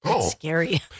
Scary